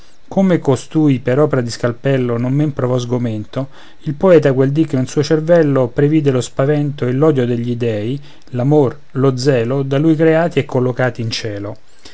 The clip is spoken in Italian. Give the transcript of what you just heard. come costui per opra di scalpello non men provò sgomento il poeta quel dì che in suo cervello previde lo spavento e l'odio e degli dèi l'amor lo zelo da lui creati e collocati in cielo